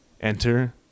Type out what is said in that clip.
Enter